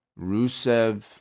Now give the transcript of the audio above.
Rusev